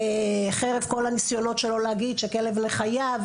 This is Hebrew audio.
חרף כל הניסיונות שלו להגיד שהכלב הוא כלב נחייה,